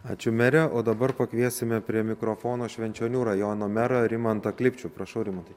ačiū mere o dabar pakviesime prie mikrofono švenčionių rajono merą rimantą klipčių prašau rimantai